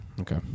Okay